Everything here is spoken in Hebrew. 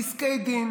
פסקי דין